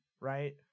right